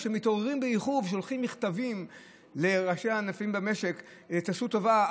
מתעוררים באיחור ושולחים מכתבים לראשי הענפים במשק: תעשו טובה,